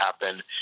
happen